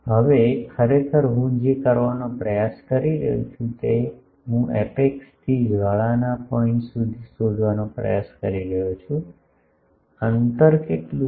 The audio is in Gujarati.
હવે ખરેખર હું જે કરવાનો પ્રયાસ કરી રહ્યો છું તે હું એપેક્સ થી જ્વાળાના પોઇન્ટ સુધી શોધવાનો પ્રયાસ કરી રહ્યો છું અંતર કેટલું છે